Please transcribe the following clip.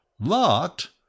Locked